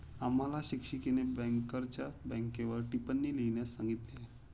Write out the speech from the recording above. आम्हाला शिक्षिकेने बँकरच्या बँकेवर टिप्पणी लिहिण्यास सांगितली आहे